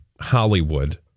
Hollywood